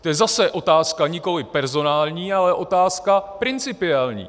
To je zase otázka nikoliv personální, ale otázka principiální.